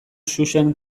xuxen